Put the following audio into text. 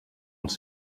els